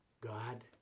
God